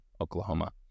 Oklahoma